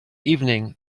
evening